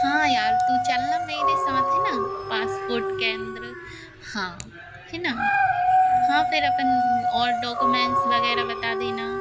हाँ यार तू चलना मेरे साथ है न पासपोर्ट केन्द्र हाँ है न हाँ फिर अपन और डॉकोमेन्स वगैरह बता देना